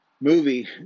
Movie